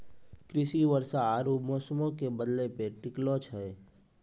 कृषि वर्षा आरु मौसमो के बदलै पे टिकलो छै